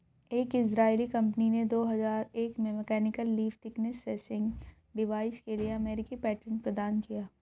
एक इजरायली कंपनी ने दो हजार एक में mechanical leaf thickness sensing device के लिए अमेरिकी पेटेंट प्रदान किया